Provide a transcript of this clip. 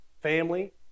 family